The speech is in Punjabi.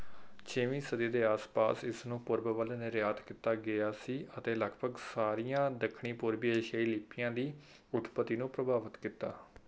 ਛੇਵੀਂ ਸਦੀ ਦੇ ਆਸ ਪਾਸ ਇਸ ਨੂੰ ਪੂਰਬ ਵੱਲ ਨਿਰਯਾਤ ਕੀਤਾ ਗਿਆ ਸੀ ਅਤੇ ਲਗਭਗ ਸਾਰੀਆਂ ਦੱਖਣ ਪੂਰਬੀ ਏਸ਼ੀਆਈ ਲਿਪੀਆਂ ਦੀ ਉਤਪਤੀ ਨੂੰ ਪ੍ਰਭਾਵਿਤ ਕੀਤਾ